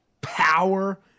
power